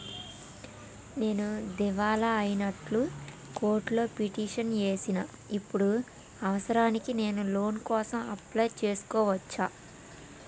నేను దివాలా అయినట్లు కోర్టులో పిటిషన్ ఏశిన ఇప్పుడు అవసరానికి నేను లోన్ కోసం అప్లయ్ చేస్కోవచ్చా?